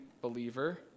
believer